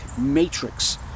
matrix